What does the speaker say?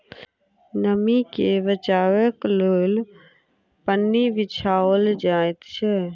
नमीं के बचयबाक लेल पन्नी बिछाओल जाइत छै